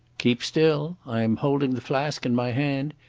keep still. i am holding the flask in my hand.